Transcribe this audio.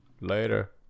later